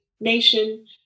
nation